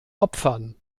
opfern